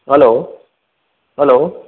hello hello